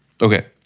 Okay